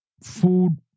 food